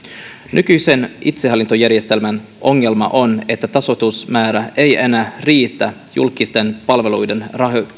nykyisen itsehallintojärjestelmän ongelma on että tasoitusmäärä ei enää riitä julkisten palveluiden